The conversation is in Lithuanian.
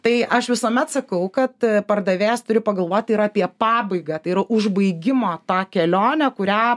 tai aš visuomet sakau kad pardavėjas turi pagalvoti ir apie pabaigą tai yra užbaigimo tą kelionę kurią